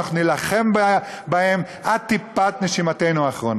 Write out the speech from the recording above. אנחנו נילחם בהם עד טיפת, נשימתנו האחרונה.